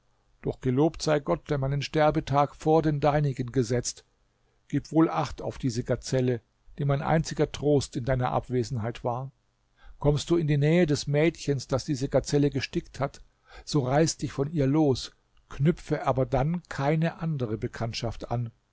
doch gelobt sei gott der meinen sterbetag vor den deinigen gesetzt gib wohl acht auf diese gazelle die mein einziger trost in deiner abwesenheit war kommst du in die nähe des mädchens das diese gazelle gestickt hat so reiß dich von ihr los knüpfe aber dann keine andere bekanntschaft an